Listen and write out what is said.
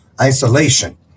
isolation